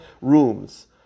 rooms